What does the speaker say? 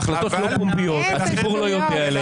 החלטות לא פומביות שהציבור לא יודע עליהן.